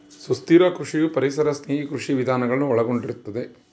ಸುಸ್ಥಿರ ಕೃಷಿಯು ಪರಿಸರ ಸ್ನೇಹಿ ಕೃಷಿ ವಿಧಾನಗಳನ್ನು ಒಳಗೊಂಡಿರುತ್ತದೆ